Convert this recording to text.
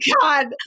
God